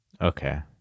Okay